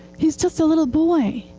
he's just a little boy.